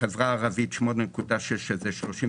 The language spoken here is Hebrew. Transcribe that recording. לחברה הערבית 8.6 שזה 33%,